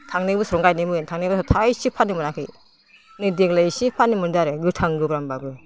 थांनाय बोसोरावनो गायदोंमोन थांनाय बाराव थायसेबो फाननो मोनाखै नै देग्लाय इसे फाननो मोनदों आरो गोथां गोब्रामबाबो